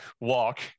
walk